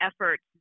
efforts